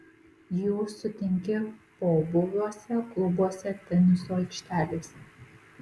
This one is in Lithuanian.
jų sutinki pobūviuose klubuose teniso aikštelėse